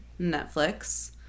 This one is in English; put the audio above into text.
Netflix